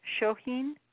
shohin